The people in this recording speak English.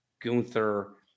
Gunther